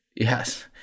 Yes